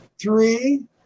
Three